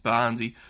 Barnsley